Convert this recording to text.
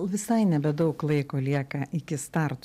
visai nebedaug laiko lieka iki starto